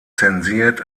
zensiert